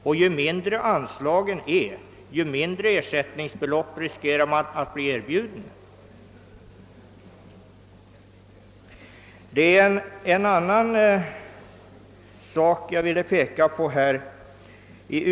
Och ju mindre anslaget är, desto mindre ersättningsbelopp riskerar han att bli erbjuden. Vidare vill jag här framhålla en annan sak.